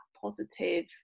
positive